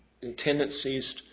tendencies